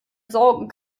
sorgen